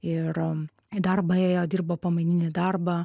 ir į darbą ėjo dirbo pamaininį darbą